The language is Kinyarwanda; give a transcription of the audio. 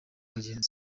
abagenzi